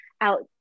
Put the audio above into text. out